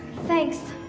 thanks.